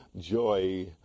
joy